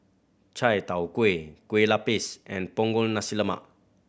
chai tow kway Kueh Lapis and Punggol Nasi Lemak